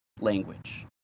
language